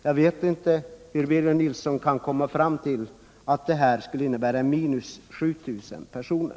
Jag vet inte hur Birger Nilsson kan komma fram till att detta skulle innebära minus 7000 personer.